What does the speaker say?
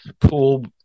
pool